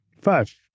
Five